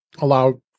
allow